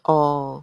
oh